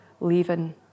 leaving